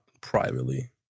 privately